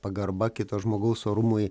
pagarba kito žmogaus orumui